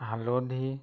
হালধি